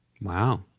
wow